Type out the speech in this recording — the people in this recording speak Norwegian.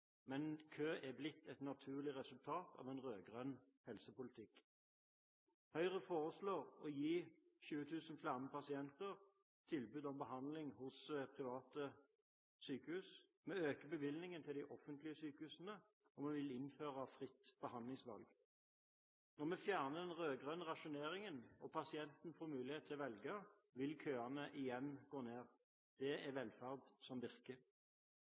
men kø er blitt et naturlig resultat av en rød-grønn helsepolitikk. Høyre foreslår å gi 20 000 flere pasienter tilbud om behandling i private sykehus, vi øker bevilgningene til de offentlige sykehusene, og vi vil innføre fritt behandlingsvalg. Når vi fjerner den rød-grønne rasjoneringen og pasienten får mulighet til å velge, vil køene igjen gå ned. Det er velferd som virker.